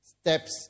steps